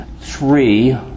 three